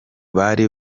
bari